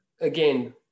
again